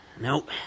Nope